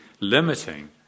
limiting